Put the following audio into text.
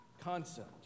concept